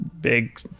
big